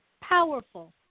powerful